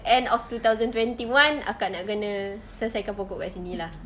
end of two thousand twenty one akak nak kena selesaikan pokok dekat sini lah